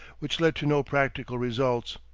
which led to no practical results.